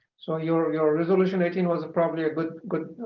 so your ah your resolution eighteen was probably a but good,